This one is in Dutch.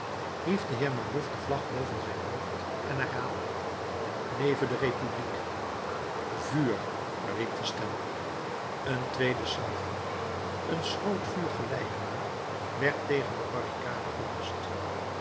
hief de heer mabeuf de vlag boven zijn hoofd en herhaalde leve de republiek vuur riep de stem een tweede salvo een schrootvuur gelijkende werd tegen de barricade gelost